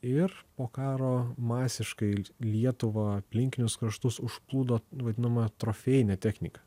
ir po karo masiškai lietuvą aplinkinius kraštus užplūdo vadinama trofėjinė technika